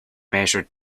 measured